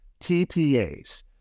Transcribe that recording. TPAs